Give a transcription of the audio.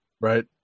right